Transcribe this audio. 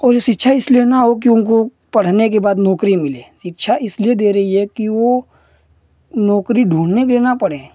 और यह शिक्षा इसलिए न हो कि उनको पढ़ने के बाद नौकरी मिले शिक्षा इसलिए दे रही है कि वो नौकरी ढूँढने के लिए न पढ़ें